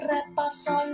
Repaso